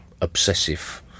obsessive